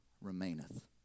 remaineth